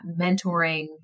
mentoring